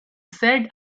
said